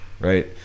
Right